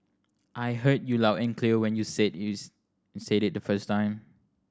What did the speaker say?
I heard you loud and clear when you said its you said it the first time